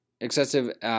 excessive